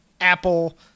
apple